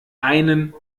einen